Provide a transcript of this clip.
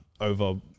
over